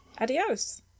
Adios